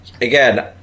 again